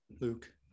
Luke